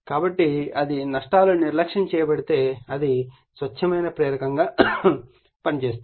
కాబట్టి అది నష్టాలు నిర్లక్ష్యం చేయబడితే అది స్వచ్ఛమైన ప్రేరకంగా పనిచేస్తుంది